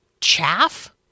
chaff